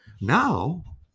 Now